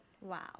Wow